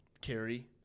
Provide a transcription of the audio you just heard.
carry